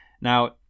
Now